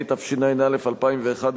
התשע"א 2011,